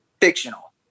fictional